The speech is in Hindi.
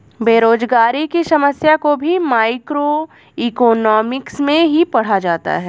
बेरोजगारी की समस्या को भी मैक्रोइकॉनॉमिक्स में ही पढ़ा जाता है